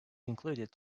included